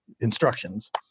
instructions